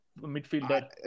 midfielder